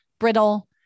brittle